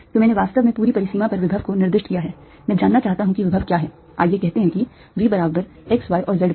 तो मैंने वास्तव में पूरी परिसीमा पर विभव को निर्दिष्ट किया है मैं जानना चाहता हूं कि विभव क्या है आइए कहते हैं कि V बराबर x y और z पर